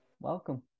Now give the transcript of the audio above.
Welcome